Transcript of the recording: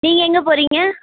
நீங்கள் எங்கே போகறீங்க